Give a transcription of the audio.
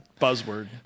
Buzzword